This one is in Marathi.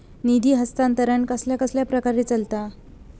निधी हस्तांतरण कसल्या कसल्या प्रकारे चलता?